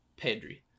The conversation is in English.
Pedri